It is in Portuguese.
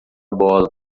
bola